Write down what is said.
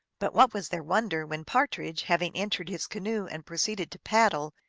but what was their wonder when partridge, having entered his canoe and proceeded to paddle,